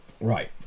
Right